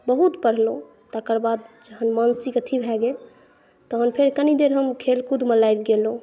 बहुत पढलहुॅं तकर बाद जहन मानसिक अथी भए गेल तहन फेर कनी देर हम खेलकूदमे लागि गेलहुॅं